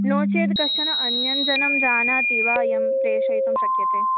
नो चेद् कश्चन अन्यजनाः जानन्ति वा यं प्रेषयितुं शक्यते